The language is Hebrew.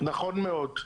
נכון מאוד.